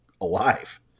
alive